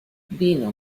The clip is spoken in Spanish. vino